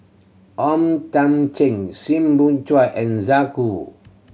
O Thiam Chin Soo Bin Chua and